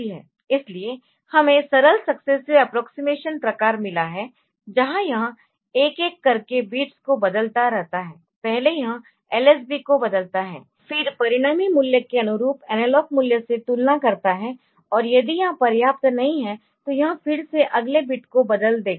इसलिए हमें सरल सक्सेसिव अप्प्रोक्सिमेशन प्रकार मिला है जहां यह एक एक करके बिट्स को बदलता रहता है पहले यह lsb को बदलता है फिर परिणामी मूल्य के अनुरूप एनालॉग मूल्य से तुलना करता है और यदि यह पर्याप्त नहीं है तो यह फिर से अगले बिट को बदल देगा